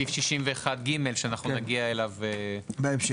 סעיף 61(ג) שאנחנו נגיע אליו בהמשך.